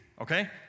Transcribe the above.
okay